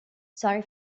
sorry